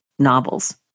novels